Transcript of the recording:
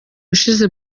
ushize